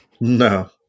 No